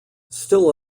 still